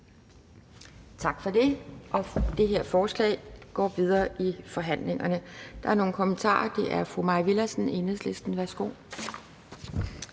Tak for det. Det her forslag indgår i de videre forhandlinger. Der er nogle kommentarer. Først er det fru Mai Villadsen, Enhedslisten. Værsgo.